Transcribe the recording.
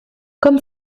comme